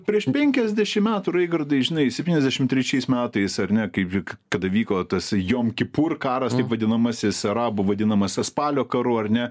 prieš penkiasdešimt metų reichardai žinai septyniasdešimt trečiais metais ar ne kaip žiūrėk kada vyko tas jom kipur karas taip vadinamasis arabų vadinamas spalio karu ar ne